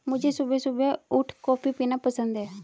मुझे सुबह सुबह उठ कॉफ़ी पीना पसंद हैं